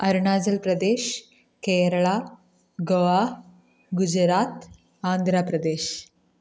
Arunachal Pradesh Kerala Goa Gujarat Andhra Pradesh